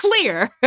clear